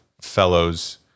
fellows